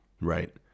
right